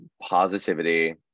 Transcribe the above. positivity